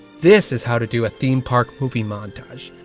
this is how to do a theme park movie montage.